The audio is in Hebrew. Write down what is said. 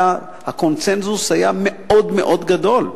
הקונסנזוס היה מאוד מאוד גדול.